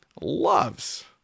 loves